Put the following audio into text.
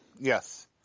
Yes